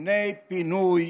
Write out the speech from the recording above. לפני פינוי